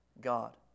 God